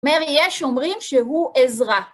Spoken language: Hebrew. מריה שומרים שהוא עזרה.